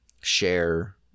share